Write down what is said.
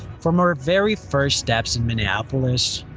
from our very first steps in minneapolis,